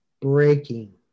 breaking